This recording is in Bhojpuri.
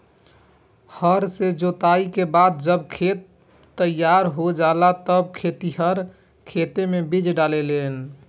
हर से जोताई के बाद जब खेत तईयार हो जाला तब खेतिहर खेते मे बीज डाले लेन